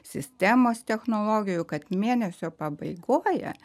sistemos technologijų kad mėnesio pabaigoje